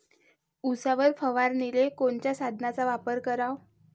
उसावर फवारनीले कोनच्या साधनाचा वापर कराव?